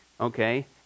Okay